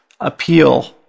appeal